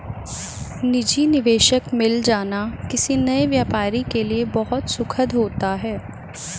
निजी निवेशक मिल जाना किसी नए व्यापारी के लिए बहुत सुखद होता है